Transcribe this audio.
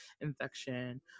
infection